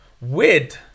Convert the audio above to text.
weird